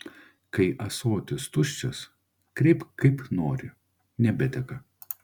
kai ąsotis tuščias kreipk kaip nori nebeteka